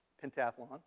pentathlon